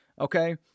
okay